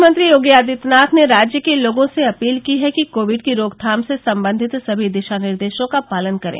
मुख्यमंत्री योगी आदित्यनाथ ने राज्य के लोगों से अपील की है कि कोविड की रोकथाम से संबंधित सभी दिशा निर्देशों का पालन करें